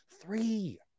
three